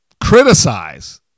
Criticize